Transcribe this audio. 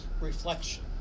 reflection